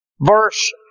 Verse